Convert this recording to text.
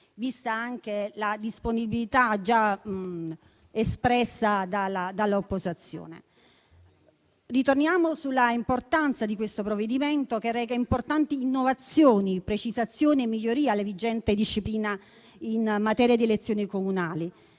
vista anche la disponibilità già espressa dall'opposizione. Questo provvedimento reca importanti innovazioni, precisazioni e migliorie alla vigente disciplina in materia di elezioni comunali.